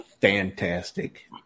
fantastic